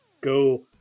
go